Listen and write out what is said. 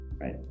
Right